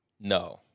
No